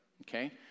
Okay